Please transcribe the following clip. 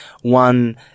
one